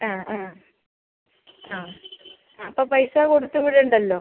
ആ ആ ആ അപ്പോൾ പൈസ കൊടുത്ത് വിടണ്ടല്ലോ